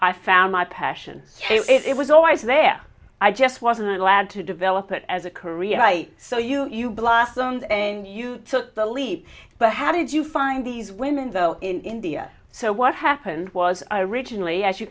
i found my passion it was always there i just wasn't allowed to develop it as a career right so you blossomed and you took the leap but how did you find these women though in india so what happened was i originally as you